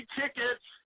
tickets